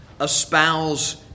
espouse